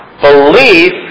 Belief